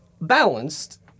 balanced